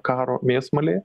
karo mėsmalėje